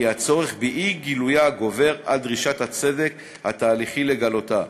הצורך באי-גילויה גובר על דרישת הצדק התהליכי לגלותה.